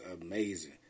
amazing